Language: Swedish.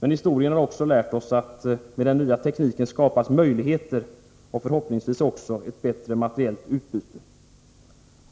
Men historien har lärt oss att med den nya tekniken skapas också möjligheter och förhoppningsvis även ett bättre materiellt utbyte.